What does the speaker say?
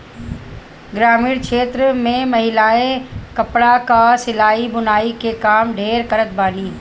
ग्रामीण क्षेत्र में महिलायें कपड़ा कअ सिलाई बुनाई के काम ढेर करत बानी